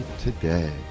today